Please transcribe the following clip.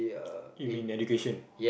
you mean education